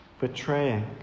betraying